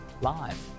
live